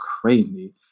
crazy